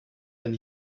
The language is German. wenn